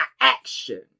action